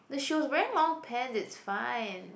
she was wearing long pants it's fine